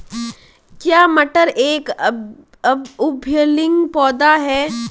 क्या मटर एक उभयलिंगी पौधा है?